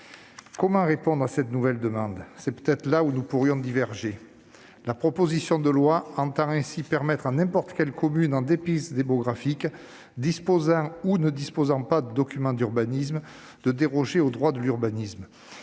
Comment répondre à cette nouvelle demande ? C'est peut-être sur ce point que nous divergeons. La proposition de loi prévoit de permettre à n'importe quelle commune en déprise démographique, disposant ou non de documents d'urbanisme, de déroger au droit de l'urbanisme.